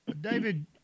david